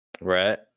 Right